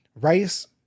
Rice